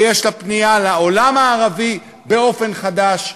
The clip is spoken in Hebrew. ויש לה פנייה לעולם הערבי באופן חדש,